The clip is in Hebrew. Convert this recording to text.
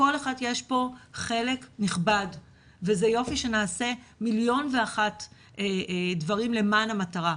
לכל אחת יש פה חלק נכבד וזה יופי שנעשה מיליון ואחת דברים למען המטרה,